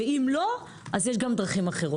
ואם לא, אז יש גם דרכים אחרות.